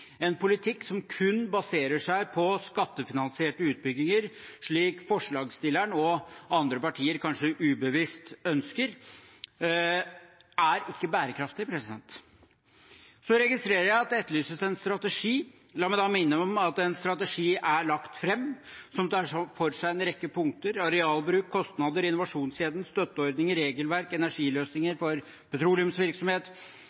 En politikk som kun baserer seg på skattefinansierte utbygginger, slik forslagsstilleren og andre partier kanskje ubevisst ønsker, er ikke bærekraftig. Så registrerer jeg at det etterlyses en strategi. La meg da minne om at en strategi er lagt fram som tar for seg en rekke punkter: arealbruk, kostnader, innovasjonskjeden, støtteordninger, regelverk,